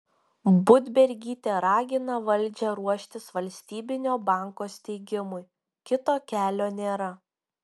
budbergytė ragina valdžią ruoštis valstybinio banko steigimui kito kelio nėra